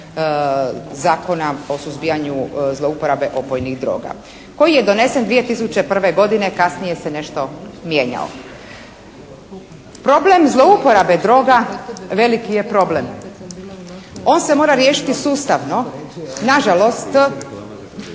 Zakona o suzbijanju zlouporabe opojnih droga koji je donesen 2001. godine, kasnije se je nešto mijenjao. Problem zlouporabe droga veliki je problem. On se mora riješiti sustavno. Nažalost